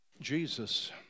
Jesus